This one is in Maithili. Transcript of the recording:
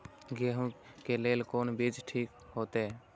गेहूं के लेल कोन बीज ठीक होते?